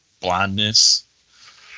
blindness